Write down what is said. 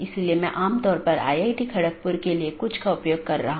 तो यह दूसरे AS में BGP साथियों के लिए जाना जाता है